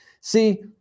See